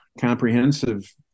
comprehensive